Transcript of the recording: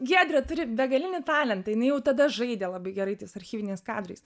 giedrė turi begalinį talentą jinai jau tada žaidė labai gerai tais archyviniais kadrais